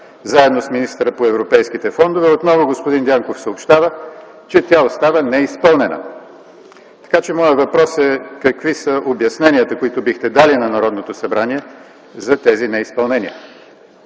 заедно с министъра по европейските фондове. Отново господин Дянков съобщава, че тя остава неизпълнена. Моят въпрос е: какви са обясненията, които бихте дали на Народното събрание за тези неизпълнения?